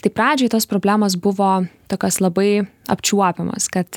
tai pradžioj tos problemos buvo tokios labai apčiuopiamos kad